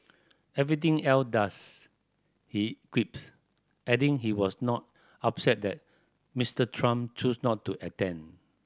everything else does he quips adding he was not upset that Mister Trump choose not to attend